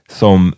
som